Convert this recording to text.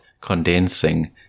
condensing